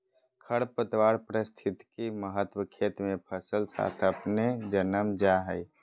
खरपतवार पारिस्थितिक महत्व खेत मे फसल साथ अपने जन्म जा हइ